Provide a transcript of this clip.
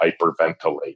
hyperventilate